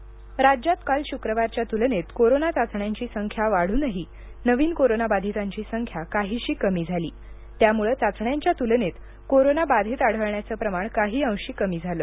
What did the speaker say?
corona आकडेवारी राज्यात काल शुक्रवारच्या तुलनेत कोरोना चाचण्यांची संख्या वाढूनही नवीन कोरोनाबाधितांची संख्या काहीशी कमी झाली त्यामुळे चाचण्यांच्या तूलनेत कोरोनाबाधित आढळण्याचं प्रमाण काही अंशी कमी झालं